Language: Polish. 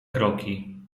kroki